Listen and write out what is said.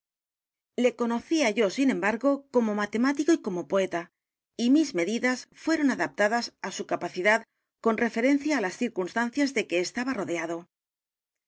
g o c o m o matemático y como poeta y mis medidas fueron adaptadas á su capacidad con referencia á las circunstancias de que estaba rodead